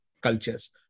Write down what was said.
cultures